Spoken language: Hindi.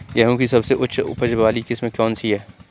गेहूँ की सबसे उच्च उपज बाली किस्म कौनसी है?